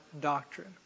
doctrine